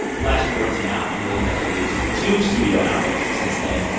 flash forward to now, emily has released two studio albums. since then,